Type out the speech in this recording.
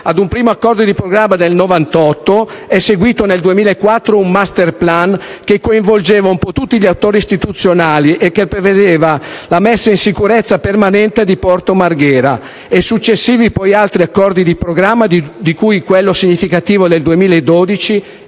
Ad un primo accordo di programma del 1998 è seguito nel 2004 un *masterplan* che coinvolgeva un po' tutti gli attori istituzionali e che prevedeva la messa in sicurezza permanente di Porto Marghera; successivamente sono stati redatti altri accordi di programma, tra cui quello significativo del 2012